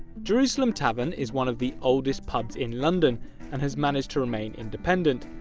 jerusalem tavern is one of the oldest pubs in london and has managed to remain independent,